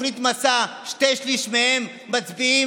תוכנית מסעף שני שלישים מהם הם מצביעים